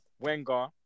Wenger